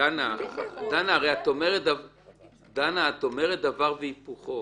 דנה, את אומרת דבר והיפוכו.